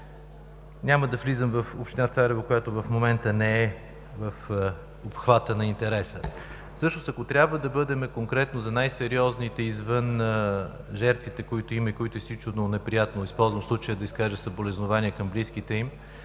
Няма да влизам в община Царево, която в момента не е в обхвата на интереса. Всъщност, ако трябва да бъдем конкретни за най-сериозните, извън жертвите, които има и което е изключително неприятно, използвам случая да изкажа съболезнования към близките им,